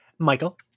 Michael